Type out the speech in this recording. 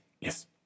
Yes